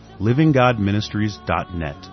livinggodministries.net